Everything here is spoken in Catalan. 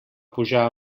pujar